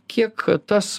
kiek tas